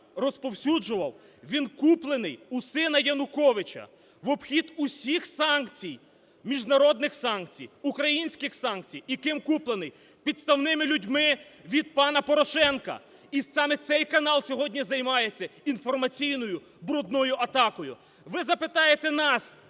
розповсюджував, він куплений у сина Януковича в обхід усіх санкцій, міжнародних санкцій, українських санкцій. І ким куплений? Підставними людьми від пана Порошенка. І саме цей канал сьогодні займається інформаційною брудною атакою. Ви запитаєте нас,